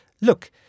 look